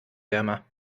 wärmer